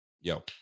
yo